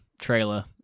trailer